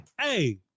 Hey